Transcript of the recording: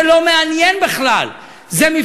אותו דבר נעלי "בריל" שהזכרת.